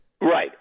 Right